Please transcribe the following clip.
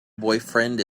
boyfriend